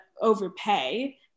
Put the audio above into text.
overpay